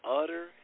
utter